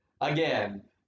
Again